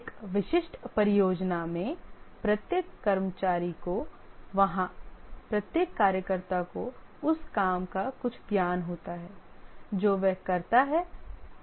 एक विशिष्ट परियोजना में प्रत्येक कर्मचारी को वहां प्रत्येक कार्यकर्ता को उस काम का कुछ ज्ञान होता है जो वह करता है वह विशेषज्ञ है